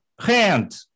hand